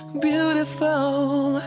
Beautiful